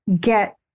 get